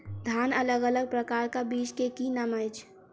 धान अलग अलग प्रकारक बीज केँ की नाम अछि?